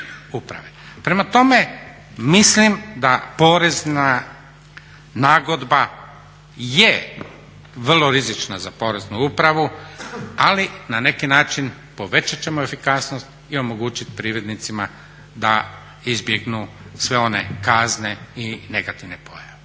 Prema tome, mislim da porezna nagodba je vrlo rizična za poreznu upravu ali na neki način povećat ćemo efikasnost i omogućit prividnicima da izbjegnu sve one kazne i negativne pojave.